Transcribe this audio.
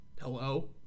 hello